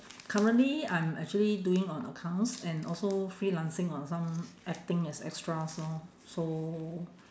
currently I'm actually doing on accounts and also freelancing on some acting as extras lor so